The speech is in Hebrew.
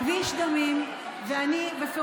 כביש דמים, 100